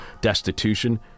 destitution